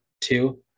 Two